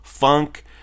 funk